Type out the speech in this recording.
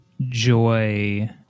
joy